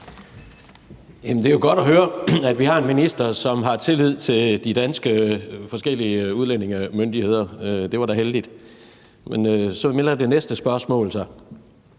Det er jo godt at høre, at vi har en minister, som har tillid til de forskellige danske udlændingemyndigheder – det var da heldigt. Men så melder det næste spørgsmål sig.